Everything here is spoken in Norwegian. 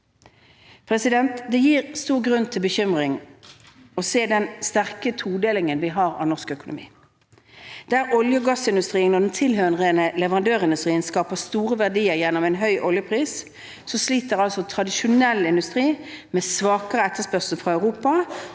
arbeid. Det gir stor grunn til bekymring å se den sterke todelingen vi har i norsk økonomi. Der olje- og gassindustrien og den tilhørende leverandørindustrien skaper store verdier gjennom en høy oljepris, sliter tradisjonell industri med svakere etterspørsel fra Europa